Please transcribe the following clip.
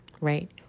right